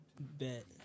Bet